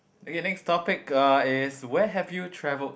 okay next topic uh is where have you travelled